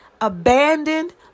abandoned